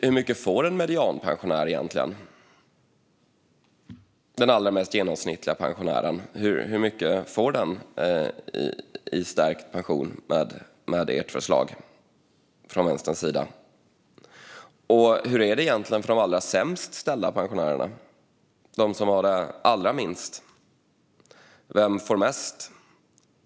Hur mycket får den mest genomsnittliga pensionären i stärkt pension med ert förslag från vänsterns sida? Hur är det egentligen för de allra sämst ställda pensionärerna, de som har allra minst? Med vilket förslag får de mest?